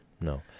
No